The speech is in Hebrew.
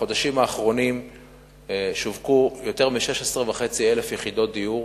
בחודשים האחרונים שווקו יותר מ-16,500 יחידות דיור